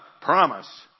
promise